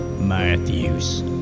Matthew's